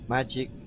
Magic